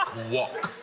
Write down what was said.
wock.